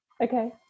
okay